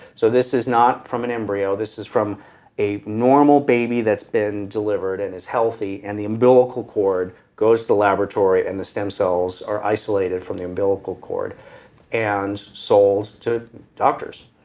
so this is not from an embryo. this is from a normal baby that's been delivered and is healthy and the umbilical cord goes to the laboratory and the stem cells are isolated from the umbilical cord and sold to doctors.